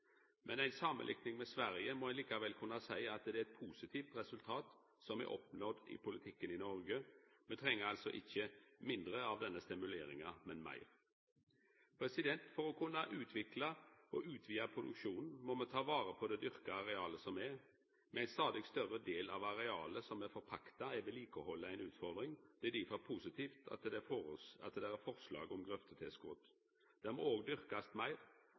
men meir. For å kunna utvikla og utvida produksjonen må me vareta det dyrka arealet som er. Med ein stadig større del av arealet som er forpakta, er vedlikehaldet ei utfordring. Det er derfor positivt at det er forslag om grøftetilskot. Det må òg dyrkast meir.